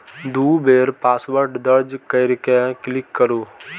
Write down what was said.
दू बेर पासवर्ड दर्ज कैर के क्लिक करू